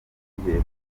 wongeye